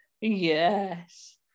Yes